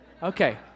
Okay